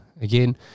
Again